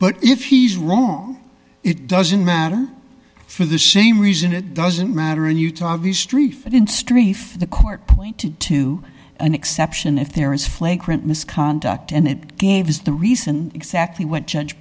but if he's wrong it doesn't matter for the same reason it doesn't matter in utah obvious treif and in st the court pointed to an exception if there is flagrant misconduct and it gave us the reason exactly what judge